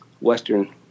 Western